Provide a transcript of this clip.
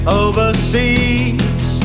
overseas